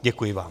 Děkuji vám.